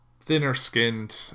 Thinner-skinned